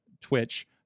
Twitch